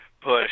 push